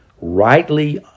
rightly